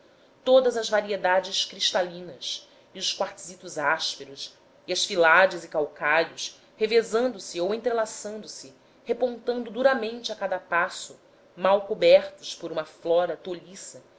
todas as variedades cristalinas e os quartzitos ásperos e as filades e calcários revezando se ou entrelaçando se repontando duramente a cada passo mal cobertos por uma flora